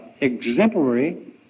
exemplary